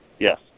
Yes